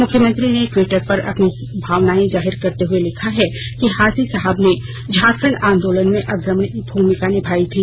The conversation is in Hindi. मुख्यमंत्री ने टवीटर पर अपनी भावनाएं जाहिर करते हए लिखा है कि हाजी साहब ने झारखंड आंदोलन में अग्रणी भूमिका निभायी थी